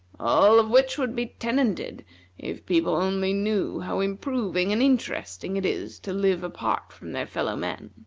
all of which would be tenanted if people only knew how improving and interesting it is to live apart from their fellow-men.